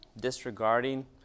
disregarding